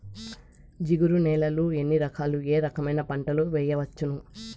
జిగురు నేలలు ఎన్ని రకాలు ఏ రకమైన పంటలు వేయవచ్చును?